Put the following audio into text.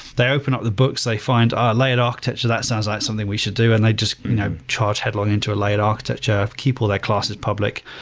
they open up the books, they find, oh, ah layered architecture. that sounds like something we should do, and they just you know charge headlong into a layered architecture. keep all their clusters public.